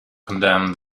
condemned